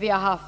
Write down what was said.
Det har